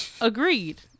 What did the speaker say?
agreed